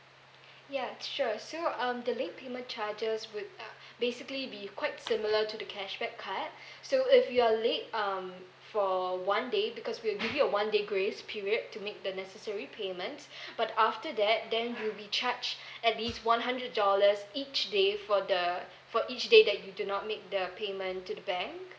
ya sure so um the late payment charges would uh basically be quite similar to the cashback card so if you are late um for one day because we will give you a one day grace period to make the necessary payments but after that then you'll be charged at least one hundred dollars each day for the for each day that you do not make the payment to the bank